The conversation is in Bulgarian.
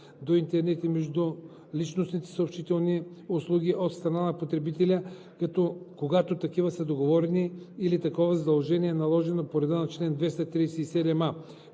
до интернет и междуличностните съобщителни услуги от страна на потребителя, когато такива са договорени или такова задължение е наложено по реда на чл. 237а,